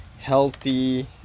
healthy